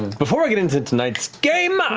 before i get into tonight's game,